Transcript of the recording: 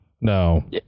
No